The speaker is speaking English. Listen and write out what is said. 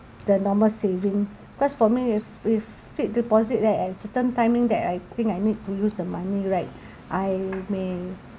the normal saving because for me if if fixed deposit then at certain timing that I think I need to use the money right I may